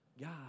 God